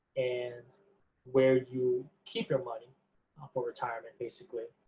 and where you keep your money for retirement, basically.